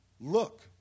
Look